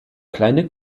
kleine